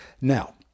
Now